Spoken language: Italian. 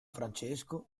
francesco